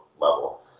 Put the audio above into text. level